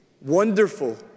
Wonderful